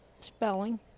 Spelling